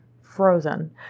frozen